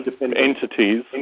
entities